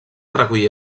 recollir